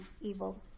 evil